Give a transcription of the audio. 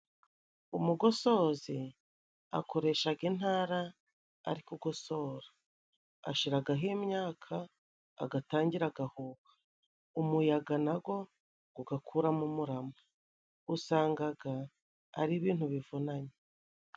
Umugosozi akoreshaga intara ari kugosora. Ashiragaho imyaka，agatangira agahuha, umuyaga nago gugakuramo umurama，usangaga ari ibintu bivunanye.